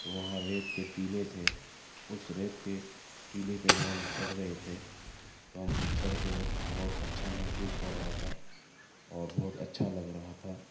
تو وہاں ریت کے ٹیلے تھے اس ریت کے ٹیلے پر جب ہم چڑھ رہے تھے تو ہم خود چڑھتے وقت بہت اچھا محسوس ہو رہا تھا اور بہت اچھا لگ رہا تھا